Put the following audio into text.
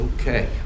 okay